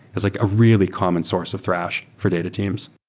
it's like a really common source of thrash for data teams.